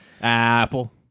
Apple